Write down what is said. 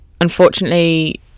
unfortunately